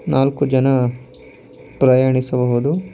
ನಾಲ್ಕು ಜನ ಪ್ರಯಾಣಿಸಬಹುದು